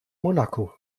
monaco